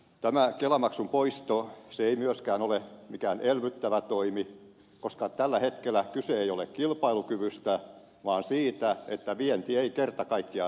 tämä kelamaksun poisto ei myöskään ole mikään elvyttävä toimi koska tällä hetkellä kyse ei ole kilpailukyvystä vaan siitä että vienti ei kerta kaikkiaan vedä